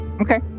Okay